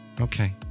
Okay